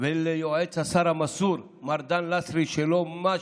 ליועץ השר המסור מר דן לסרי, שלא מש,